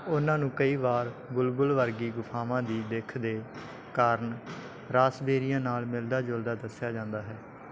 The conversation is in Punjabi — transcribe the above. ਉਨ੍ਹਾਂ ਨੂੰ ਕਈ ਵਾਰ ਬੁਲਬੁਲ ਵਰਗੀ ਗੁਫਾਵਾਂ ਦੀ ਦਿੱਖ ਦੇ ਕਾਰਨ ਰਾਸਬੇਰੀਆਂ ਨਾਲ ਮਿਲਦਾ ਜੁਲਦਾ ਦੱਸਿਆ ਜਾਂਦਾ ਹੈ